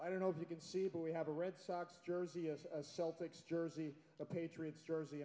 i don't know if you can see but we have a red sox jersey of a celtics jersey a patriots jersey